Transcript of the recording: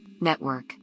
network